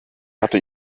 hatte